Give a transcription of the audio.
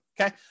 okay